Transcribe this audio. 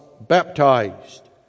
baptized